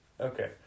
Okay